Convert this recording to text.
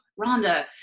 Rhonda